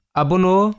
abono